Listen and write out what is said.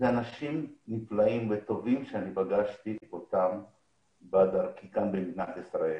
אנשים נפלאים וטובים שפגשתי בדרכי במדינת ישראל.